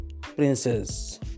Princess